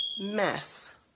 mess